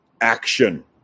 action